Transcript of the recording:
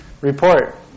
report